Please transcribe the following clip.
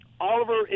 Oliver